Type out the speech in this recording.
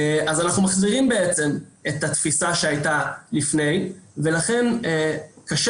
אז אנחנו מחזירים את התפיסה שהייתה לפני ולכן קשה